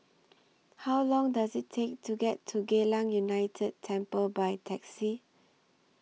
How Long Does IT Take to get to Geylang United Temple By Taxi